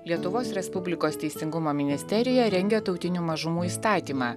lietuvos respublikos teisingumo ministerija rengia tautinių mažumų įstatymą